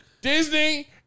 Disney